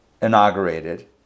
inaugurated